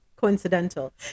coincidental